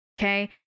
Okay